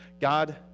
God